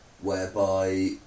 whereby